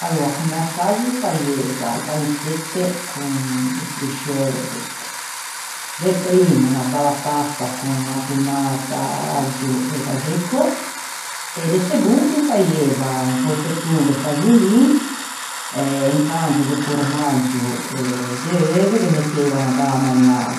Aloa comme assazzo faieiva e panisette con i firsceu a-e erbette. De primmo 'na bella pasta con tomâta aggio e baxeicô e de segondo faieiva un porpetton de faxolin in cangio do formaggio e de euve ghe mettieiva unna bella magnâ